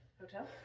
Hotel